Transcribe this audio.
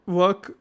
work